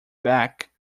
back